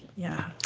yeah.